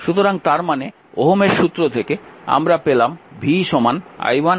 সুতরাং তার মানে ওহমের সূত্র থেকে আমরা পেলাম v i1 R1 i2 R2